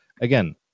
again